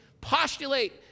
postulate